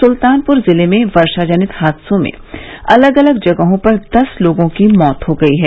सुल्तानपुर जिले में वर्षा जनित हादसे में अलग अलग जगहों पर दस लोगों की मौत हो गयी है